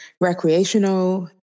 recreational